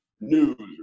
News